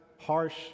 harsh